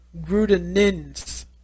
Grudenin's